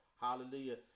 hallelujah